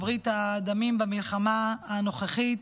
בברית הדמים במלחמה הנוכחית.